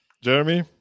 Jeremy